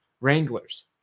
Wranglers